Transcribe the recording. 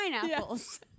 pineapples